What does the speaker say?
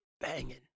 banging